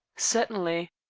certainly.